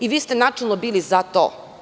I vi ste načelno bili za to.